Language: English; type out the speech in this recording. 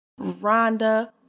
Rhonda